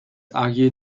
argued